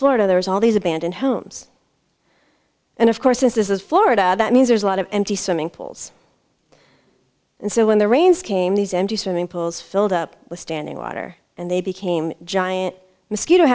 florida there was all these abandoned homes and of course since this is florida that means there's a lot of empty swimming pools and so when the rains came these empty swimming pools filled up with standing water and they became giant mosquito